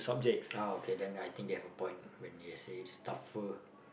ah okay then I think they have a point when they say it's tougher